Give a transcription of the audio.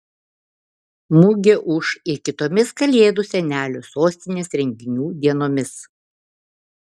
mugė ūš ir kitomis kalėdų senelių sostinės renginių dienomis